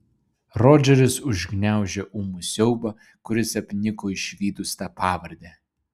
rodžeris užgniaužė ūmų siaubą kuris apniko išvydus tą pavardę